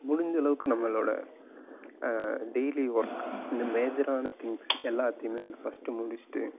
முடிஞ்சளவுக்கு நம்மளோடய daily work இந்த மேஜரான திங்க்ஸ் எல்லாத்தேயுமே வந்து ஃபஸ்ட்டு முடிச்சுட்டு